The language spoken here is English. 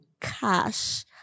cash